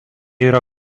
yra